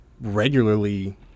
regularly